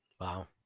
Wow